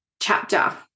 chapter